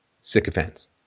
sycophants